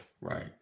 Right